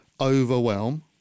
overwhelm